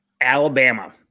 Alabama